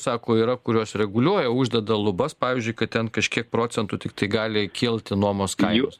sako yra kurios reguliuoja uždeda lubas pavyzdžiui kad ten kažkiek procentų tiktai gali kilti nuomos kainos